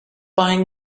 buying